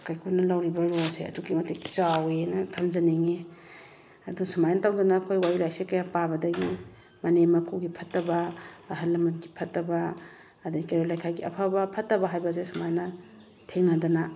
ꯀꯥꯏꯀꯨꯅ ꯂꯧꯔꯤꯕ ꯔꯣꯜꯁꯦ ꯑꯗꯨꯛꯀꯤ ꯃꯇꯤꯛ ꯆꯥꯎꯋꯤꯅ ꯊꯝꯖꯅꯤꯡꯉꯤ ꯑꯗꯨ ꯁꯨꯃꯥꯏꯅ ꯇꯧꯗꯅ ꯑꯩꯈꯣꯏ ꯋꯥꯔꯤ ꯂꯥꯏꯔꯤꯛꯁꯦ ꯀꯌꯥ ꯄꯥꯕꯗꯒꯤ ꯃꯅꯦꯝ ꯃꯀꯨꯒꯤ ꯐꯠꯇꯕ ꯑꯍꯜ ꯂꯃꯟꯒꯤ ꯐꯠꯇꯕ ꯑꯗꯒꯤ ꯀꯩꯔꯣꯜ ꯂꯩꯀꯥꯏꯒꯤ ꯑꯐꯕ ꯐꯠꯇꯕ ꯍꯥꯏꯕꯁꯦ ꯁꯨꯃꯥꯏꯅ ꯊꯦꯡꯅꯗꯅ